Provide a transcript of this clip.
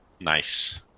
Nice